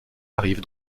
arrive